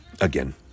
again